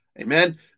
amen